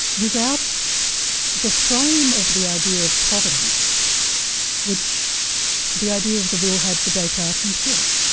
without the frame of the idea of providence which the idea of the will had for descartes himself.